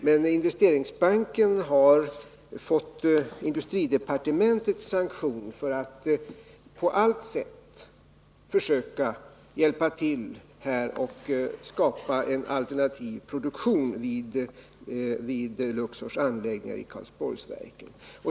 Men Investeringsbanken har fått industridepartementets sanktion för att på allt sätt försöka medverka till att skapa en alternativ produktion vid Luxors anläggningar och vid Karlsborgsverken.